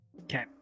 Okay